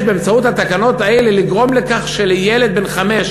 באמצעות התקנות האלה לגרום לכך שילד בן חמש,